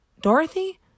Dorothy